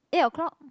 eight o-clock